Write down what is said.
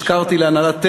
הזכרתי להנהלת "טבע"